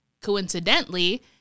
Coincidentally